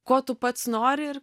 ko tu pats nori ir